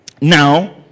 Now